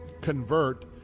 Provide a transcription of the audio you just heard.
convert